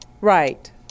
Right